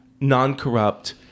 non-corrupt